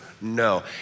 No